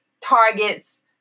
targets